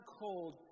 cold